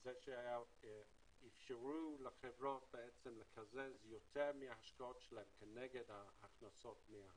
זה שאפשרו לחברות לקזז יותר מההשקעות שלהם כנגד ההכנסות מה